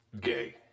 gay